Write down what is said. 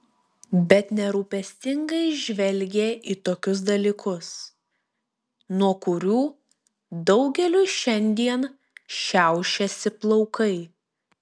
bet nerūpestingai žvelgė į tokius dalykus nuo kurių daugeliui šiandien šiaušiasi plaukai